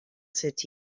city